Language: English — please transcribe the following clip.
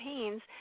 campaigns